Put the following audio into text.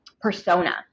persona